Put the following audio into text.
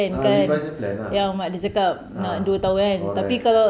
ah revise plan ah ah correct